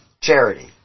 charity